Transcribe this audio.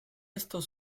estos